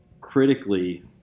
critically